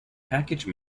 package